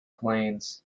plains